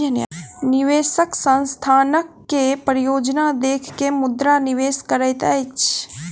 निवेशक संस्थानक के परियोजना देख के मुद्रा निवेश करैत अछि